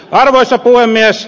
arvoisa puhemies